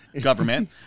government